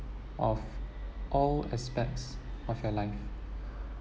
of all aspects of your life